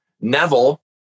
Neville